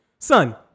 Son